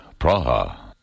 Praha